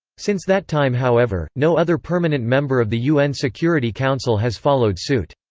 since that time however, no other permanent member of the un security council has followed suit.